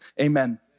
Amen